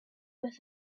with